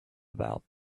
about